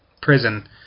prison